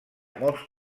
molts